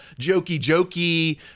jokey-jokey